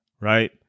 right